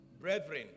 brethren